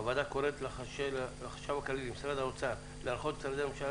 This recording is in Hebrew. הוועדה קוראת לחשב הכללי ולמשרד האוצר להנחות את משרדי הממשלה